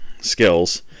skills